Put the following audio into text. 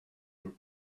your